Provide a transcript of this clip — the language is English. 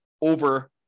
over